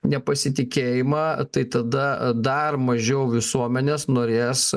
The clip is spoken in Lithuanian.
nepasitikėjimą tai tada dar mažiau visuomenės norės